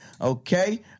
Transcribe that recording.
Okay